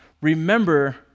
remember